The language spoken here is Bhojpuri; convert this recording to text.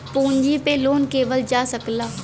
पूँजी पे लोन लेवल जा सकला